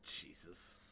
Jesus